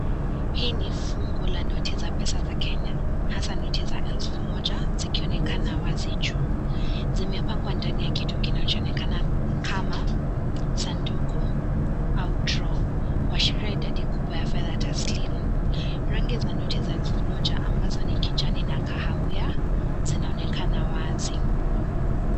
Hii ni fungo la noti za pesa za Kenya, hasa noti za elfu moja, zikionekana wasi juu. Zimepangwa ndani ya kitu kinachoonekana kama sanduku au draw kuashiria idadi kubwa ya fedha taslimu. Rangi za noti za elfu moja ambazo ni kijani na kahawai zinaonekana wasi.